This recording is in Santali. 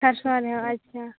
ᱠᱷᱟᱨᱥᱚᱣᱟ ᱨᱮᱦᱚᱸ ᱟᱪᱪᱷᱟ